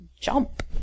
Jump